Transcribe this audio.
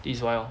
this is why lor